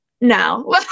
no